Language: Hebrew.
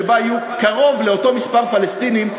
שבה יהיו קרוב לאותו מספר פלסטינים,